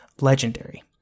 legendary